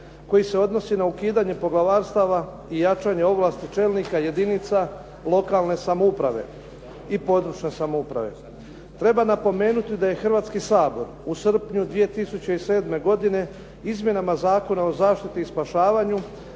koji se odnosi na ukidanje poglavarstava i jačanje ovlasti čelnika, jedinica lokalne samouprave i područne samouprave. Treba napomenuti da je Hrvatski sabor u srpnju 2007. godine izmjenama Zakona o zaštiti i spašavanju